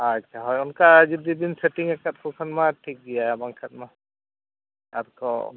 ᱟᱪᱪᱷᱟ ᱦᱳᱭ ᱚᱱᱠᱟ ᱡᱩᱫᱤ ᱵᱤᱱ ᱥᱮᱴᱤᱝ ᱟᱠᱟᱫ ᱠᱚ ᱠᱷᱟᱱᱢᱟ ᱴᱷᱤᱠ ᱜᱮᱭᱟ ᱟᱨ ᱵᱟᱝᱦᱟᱱᱢᱟ ᱟᱨ ᱠᱚ